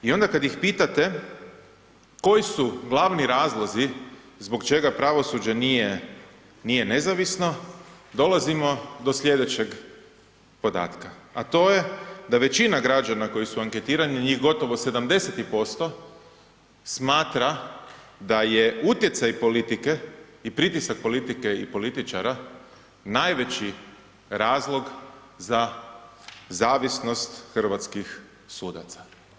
I onda kad ih pitate koji su glavni razlozi zbog čega pravosuđe nije nezavisno, dolazimo do slijedećeg podatka a to je da većina građana koji su anketirani, njih gotovo 70%, smatra da je utjecaj politike i pritisak politike i političara najveći razlog za zavisnost hrvatskih sudaca.